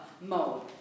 mode